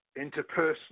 interpersonal